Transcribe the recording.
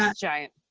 ah giant.